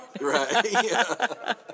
Right